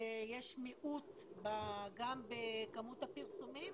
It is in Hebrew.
שיש מיעוט גם בכמות הפרסומים